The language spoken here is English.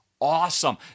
awesome